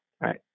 right